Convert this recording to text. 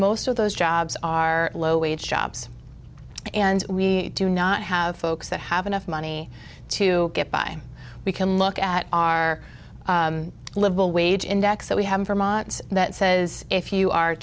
most of those jobs are low wage jobs and we do not have folks that have enough money to get by we can look at our little wage index that we have vermont that says if you are